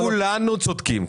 כולנו צודקים.